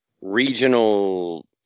regional